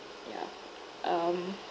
yeah um